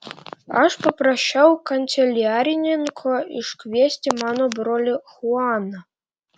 aš paprašiau kanceliarininko iškviesti mano brolį chuaną